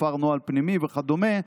הופר נוהל פנימי וכדומה,